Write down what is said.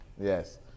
Yes